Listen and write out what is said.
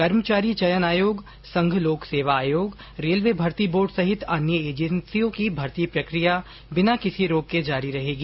कर्मचारी चयन आयोग संघ लोक सेवा आयोग रेलवे भर्ती बोर्ड सहित अन्य एजेंसियों की भर्ती प्रक्रिया बिना किसी रोक के जारी रहेंगी